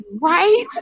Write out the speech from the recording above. right